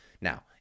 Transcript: Now